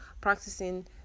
practicing